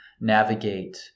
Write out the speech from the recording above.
navigate